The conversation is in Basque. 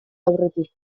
aurretik